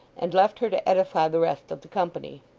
and left her to edify the rest of the company.